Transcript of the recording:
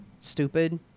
stupid